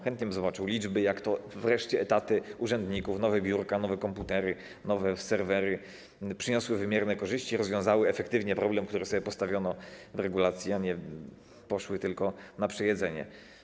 Chętnie bym zobaczył liczby, jak to wreszcie etaty urzędników, nowe biurka, nowe komputery, nowe serwery przyniosły wymierne korzyści, rozwiązały efektywnie problem, który sobie postawiono w regulacji, a nie poszły tylko na przejedzenie.